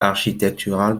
architectural